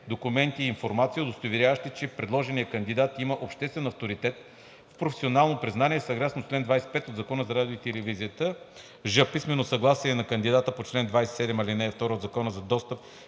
документи (информация), удостоверяващи, че предложеният кандидат има обществен авторитет и професионално признание съгласно чл. 25 от Закона за радиото и телевизията; ж) писмено съгласие на кандидата по чл. 27, ал. 2 от Закона за достъп